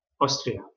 Austria